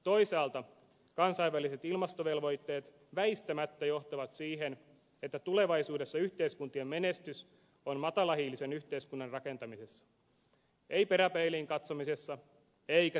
toisaalta kansainväliset ilmastovelvoitteet väistämättä johtavat siihen että tulevaisuudessa yhteiskuntien menestys on matalahiilisen yhteiskunnan rakentamisessa ei peräpeiliin katsomisessa eikä silmien kiinni laittamisessa